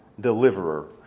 deliverer